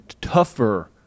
tougher